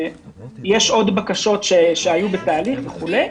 יש עוד בקשות שהן בתהליך, וכו'.